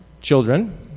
Children